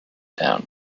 town